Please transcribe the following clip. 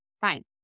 Fine